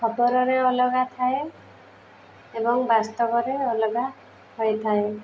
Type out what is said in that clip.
ଖବରରେ ଅଲଗା ଥାଏ ଏବଂ ବାସ୍ତବରେ ଅଲଗା ହୋଇଥାଏ